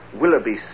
Willoughby